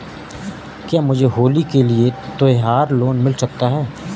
क्या मुझे होली के लिए त्यौहार लोंन मिल सकता है?